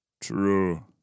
True